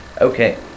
Okay